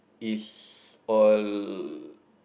is all